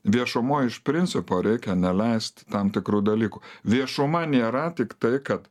viešumoj iš principo reikia neleisti tam tikrų dalykų viešuma nėra tik tai kad